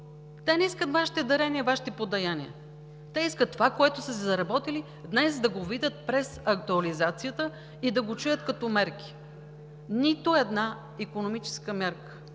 Те не искат Вашите дарения, Вашите подаяния, те искат това, което са си заработили, днес да го видят през актуализацията и да го чуят като мерки. Нито една икономическа мярка